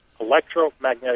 Electromagnetic